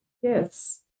yes